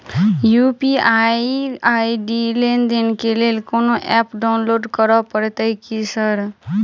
UPI ID लेनदेन केँ लेल कोनो ऐप डाउनलोड करऽ पड़तय की सर?